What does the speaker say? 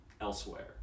elsewhere